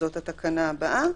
שזאת התקנה הבאה,